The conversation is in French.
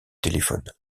téléphone